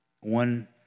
one